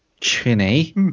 chinny